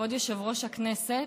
כבוד יושב-ראש הכנסת,